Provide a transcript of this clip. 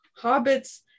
hobbits